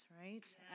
right